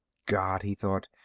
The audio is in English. god, he thought,